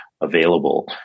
available